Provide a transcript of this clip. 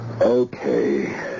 Okay